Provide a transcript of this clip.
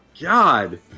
God